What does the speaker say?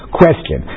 question